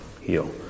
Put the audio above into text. heal